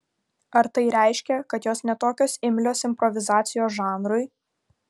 ar tai reiškia kad jos ne tokios imlios improvizacijos žanrui